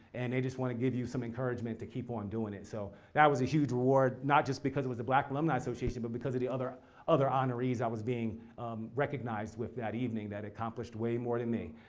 and they just want to give you some encouragement to keep on doing it. so that was a huge reward not just because it was the black alumni association, but because of the other other honorees i was being recognized with that evening that accomplished way more than me.